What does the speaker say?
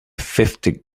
fifty